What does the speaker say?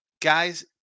guys